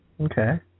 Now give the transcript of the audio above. Okay